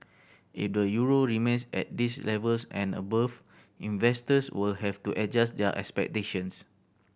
if the euro remains at these levels and above investors will have to adjust their expectations